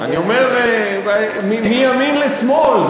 אני אומר מימין לשמאל,